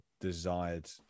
desired